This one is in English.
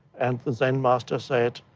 and the zen master said,